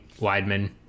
Weidman